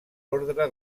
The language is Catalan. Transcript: ordre